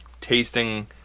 tasting